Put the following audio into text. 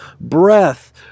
breath